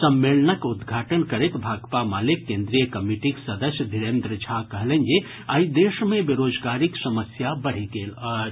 सम्मेलनक उद्घाटन करैत भाकपा माले केंद्रीय कमिटीक सदस्य धीरेंद्र झा कहलनि जे आइ देश मे बेरोजगारीक समस्या बढ़ि गेल अछि